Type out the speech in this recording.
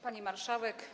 Pani Marszałek!